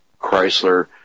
Chrysler